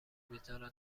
میذارن